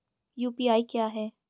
UPI क्या है?